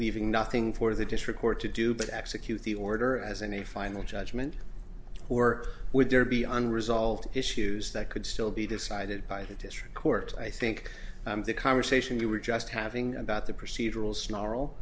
leaving nothing for the district court to do but execute the order as and a final judgment or would there be unresolved issues that could still be decided by the district court i think the conversation you were just having about the procedural snarl